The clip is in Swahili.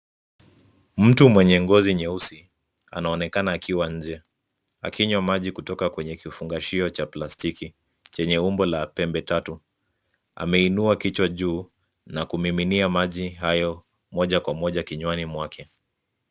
Mtu mwenye ngozi nyeusi anaonekana akiwa nje akinywa maji kutoka kwenye kifungashio cha plastiki chenye umbo la pembe tatu. Ameinua kichwa juu na kumininia maji hayo moja kwa moja kinywani mwake.